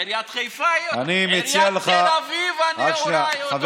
עיריית חיפה, עיריית תל אביב הנאורה, אותו הדבר.